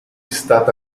stata